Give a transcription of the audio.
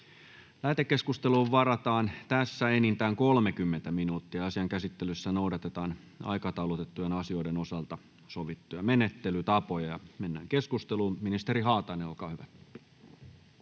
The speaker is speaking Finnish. Lähetekeskusteluun varataan tässä enintään 30 minuuttia. Asian käsittelyssä noudatetaan aikataulutettujen asioiden osalta sovittuja menettelytapoja. — Mennään keskusteluun. Ministeri Haatainen, olkaa hyvä.